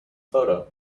photo